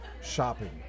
shopping